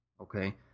okay